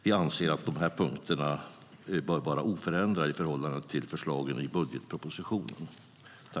Vi anser att de punkterna bör var oförändrade i förhållande till förslagen i budgetpropositionen.